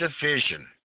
division